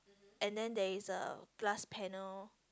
and then there is a glass panel